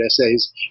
essays